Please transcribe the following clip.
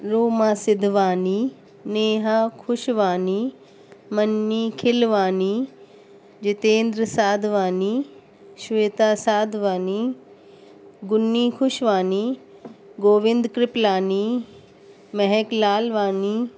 Roma Sidhwani Neha Khushwani Mani Khilwani Jitendra Sadhwani Shweta Sadhwani Guni Khushwani Govindra Kripalani Mahak Lalwani